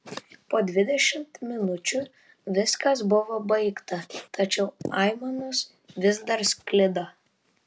po dvidešimt minučių viskas buvo baigta tačiau aimanos vis dar sklido